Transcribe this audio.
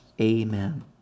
amen